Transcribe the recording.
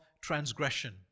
transgression